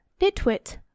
nitwit